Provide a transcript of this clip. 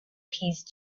peace